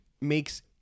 makes